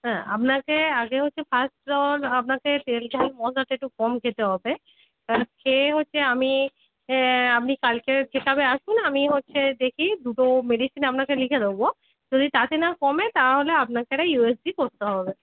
হ্যাঁ আপনাকে আগে হচ্ছে ফার্স্ট অফ অল আপনাকে তেল ঝাল মশলাটা একটু কম খেতে হবে এবার খেয়ে হচ্ছে আমি আপনি কালকে চেক আপে আসুন আমি হচ্ছে দেখি দুটো মেডিসিন আপনাকে লিখে দেবো যদি তাতে না কমে তাহলে আপনাকে একটা ইউ এস জি করতে হবে